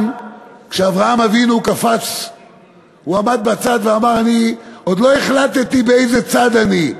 כשאברהם אבינו קפץ הרן עמד בצד ואמר: אני עוד לא החלטתי באיזה צד אני.